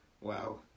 Wow